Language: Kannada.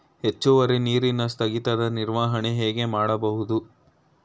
ಹೆಚ್ಚುವರಿ ನೀರಿನ ಸ್ಥಗಿತದ ನಿರ್ವಹಣೆ ಹೇಗೆ ಮಾಡಬಹುದು?